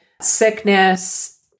sickness